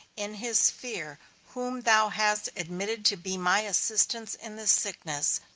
in his fear whom thou hast admitted to be my assistance in this sickness,